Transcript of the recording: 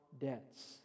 debts